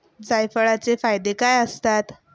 जायफळाचे फायदे काय असतात?